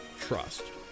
trust